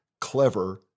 clever